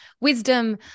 wisdom